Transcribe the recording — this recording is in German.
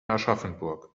aschaffenburg